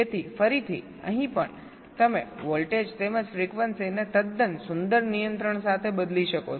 તેથી ફરીથી અહીં પણ તમે વોલ્ટેજ તેમજ ફ્રીક્વન્સીને તદ્દન સુંદર નિયંત્રણ સાથે બદલી શકો છો